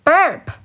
Burp